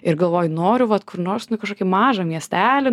ir galvoju noriu vat kur nors nu kažkokį mažą miestelį